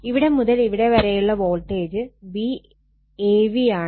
ഇവിടെ മുതൽ ഇവിടെ വരെയുള്ള വോൾട്ടേജ് Vav ആണ്